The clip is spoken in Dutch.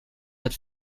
het